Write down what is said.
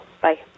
bye